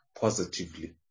positively